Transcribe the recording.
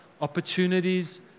opportunities